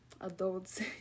adults